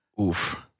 Oof